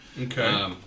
Okay